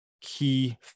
key